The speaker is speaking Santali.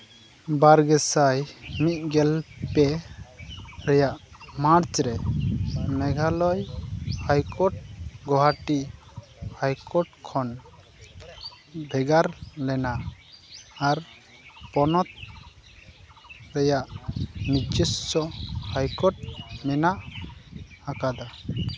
ᱵᱟᱨ ᱜᱮᱥᱟᱭ ᱢᱤᱫ ᱜᱮᱞ ᱯᱮ ᱨᱮᱭᱟᱜ ᱢᱟᱨᱪ ᱨᱮ ᱢᱮᱜᱷᱟᱞᱚᱭ ᱦᱟᱭᱠᱳᱨᱴ ᱜᱳᱦᱟᱴᱤ ᱦᱟᱭᱠᱳᱨᱴ ᱠᱷᱚᱱ ᱵᱷᱮᱜᱟᱨ ᱞᱮᱱᱟ ᱟᱨ ᱯᱚᱱᱚᱛ ᱨᱮᱭᱟᱜ ᱱᱤᱡᱚᱥᱥᱚ ᱦᱟᱭᱠᱳᱨᱴ ᱢᱮᱱᱟᱜ ᱟᱠᱟᱫᱟ